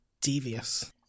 Devious